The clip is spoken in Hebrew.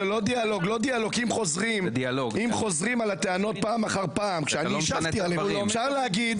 זה לא דיאלוג אם חוזרים על הטענות פעם אחר פעם כשאני השבתי עליהן.